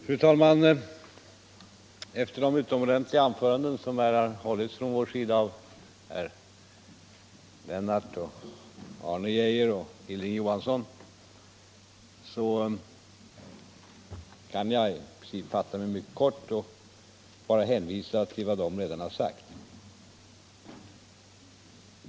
Fru talman! Efter de utomordentliga anföranden som från vår sida har hållits här av Lennart och Arne Geijer och Hilding Johansson kan jag i princip fatta mig mycket kort och i stort sett bara hänvisa till vad de redan har sagt.